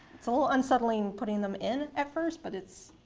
it's a little unsettling putting them in at first, but it's